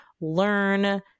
learn